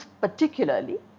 particularly